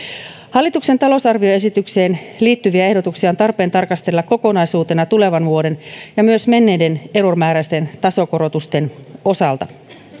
hallituksen talousarvioesitykseen liittyviä ehdotuksia on tarpeen tarkastella kokonaisuutena tulevan vuoden ja myös menneiden euromääräisten tasokorotusten osalta